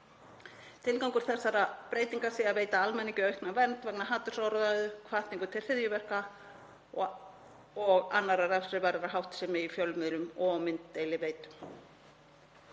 Tilgangur þessara breytinga sé að veita almenningi aukna vernd vegna hatursorðræðu, hvatningu til hryðjuverka og annarrar refsiverðrar háttsemi í fjölmiðlum og á mynddeiliveitum.